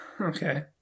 Okay